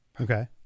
Okay